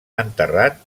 enterrat